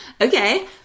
Okay